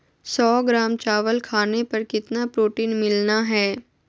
सौ ग्राम चावल खाने पर कितना प्रोटीन मिलना हैय?